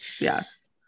yes